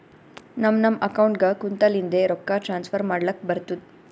ನಮ್ ನಮ್ ಅಕೌಂಟ್ಗ ಕುಂತ್ತಲಿಂದೆ ರೊಕ್ಕಾ ಟ್ರಾನ್ಸ್ಫರ್ ಮಾಡ್ಲಕ್ ಬರ್ತುದ್